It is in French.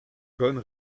bonne